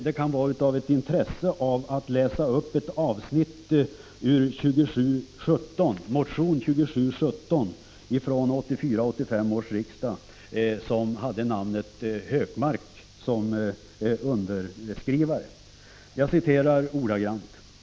Det kan vara av intresse att läsa upp ett avsnitt ur motion 1984/85:2717 från Gunnar Hökmark.